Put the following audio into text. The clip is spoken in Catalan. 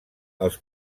els